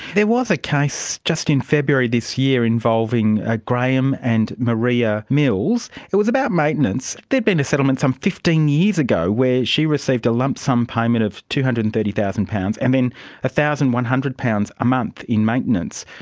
there was a case just in february this year involving a graham and maria mills. it was about maintenance. there had been a settlement some fifteen years ago where she received a lump sum payment of two hundred and thirty thousand pounds, and then one thousand one hundred pounds a month in maintenance.